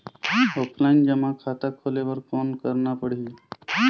Offline जमा खाता खोले बर कौन करना पड़ही?